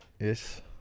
Yes